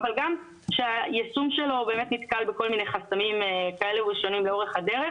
אבל גם שהיישום שלו באמת נתקל בכל מיני חסמים לאורך הדרך.